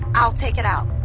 i'll take it out,